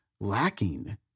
lacking